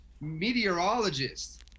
meteorologist